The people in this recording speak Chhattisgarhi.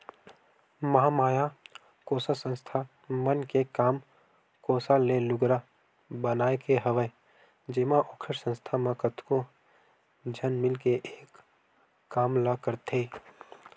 महामाया कोसा संस्था मन के काम कोसा ले लुगरा बनाए के हवय जेमा ओखर संस्था म कतको झन मिलके एक काम ल करथे